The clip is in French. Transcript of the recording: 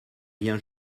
vient